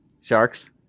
Sharks